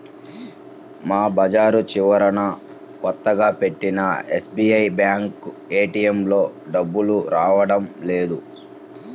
మా బజారు చివరన కొత్తగా పెట్టిన ఎస్బీఐ బ్యేంకు ఏటీఎంలో డబ్బులు రావడం లేదు